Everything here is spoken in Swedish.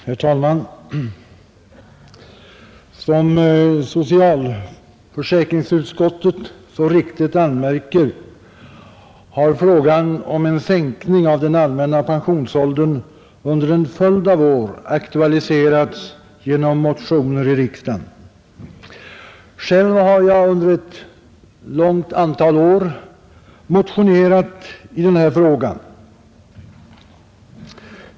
Herr talman! Som socialförsäkringsutskottet så riktigt anmärker har frågan om en sänkning av den allmänna pensionsåldern under en följd av år aktualiserats genom motioner i riksdagen. Själv har jag under ett stort antal år motionerat i den här frågan.